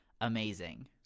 amazing